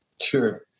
Sure